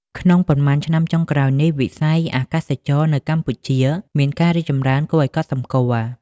ក្នុងប៉ុន្មានឆ្នាំចុងក្រោយនេះ វិស័យអាកាសចរណ៍នៅកម្ពុជាមានការរីកចម្រើនគួរឲ្យកត់សម្គាល់។